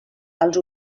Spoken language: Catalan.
els